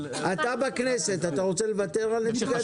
אתה בכנסת, אתה רוצה לוותר עליהם?